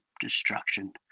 destruction